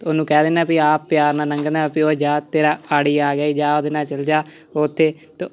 ਤਾਂ ਉਹਨੂੰ ਕਹਿ ਦਿੰਦਾ ਵੀ ਆਹ ਪਿਆਰ ਨਾਲ ਨੰਘਣਾ ਵਾ ਓ ਜਾ ਤੇਰਾ ਆੜੀ ਆ ਗਿਆ ਜਾ ਉਹਦੇ ਨਾਲ ਚੱਲ ਜਾ ਉੱਥੇ ਤ